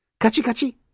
Kachi-kachi